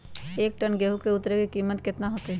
एक टन गेंहू के उतरे के कीमत कितना होतई?